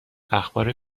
اخبار